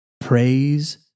praise